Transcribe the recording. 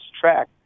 track